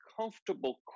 comfortable